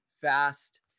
fast